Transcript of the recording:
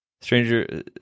Stranger